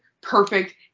perfect